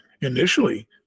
Initially